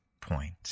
point